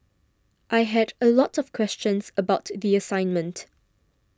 I had a lot of questions about the assignment